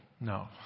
No